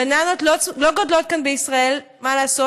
בננות לא גדלות כאן בישראל, מה לעשות.